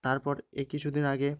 তারপর এই কিছু দিন আগে